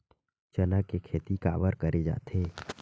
चना के खेती काबर करे जाथे?